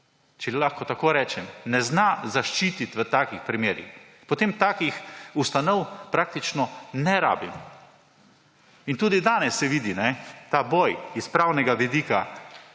če lahko tako rečem, ne zna zaščititi v takih primerih, potem takih ustanov praktično ne rabimo. In tudi danes se vidi ta boj s pravnega vidika,